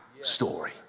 story